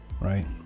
right